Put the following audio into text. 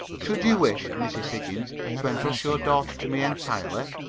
should you wish, mrs. higgins, to entrust your daughter to me entirely